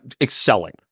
excelling